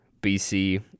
BC